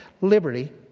Liberty